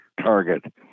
target